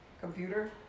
computer